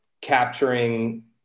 capturing